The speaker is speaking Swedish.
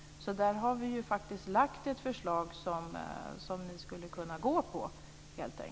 Där har vi faktiskt lagt fram ett förslag som ni skulle kunna gå med på.